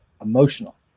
emotional